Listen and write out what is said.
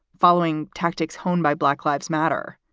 following tactics honed by black lives matter.